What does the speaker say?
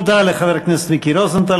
תודה לחבר הכנסת מיקי רוזנטל.